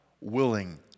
willing